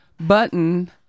button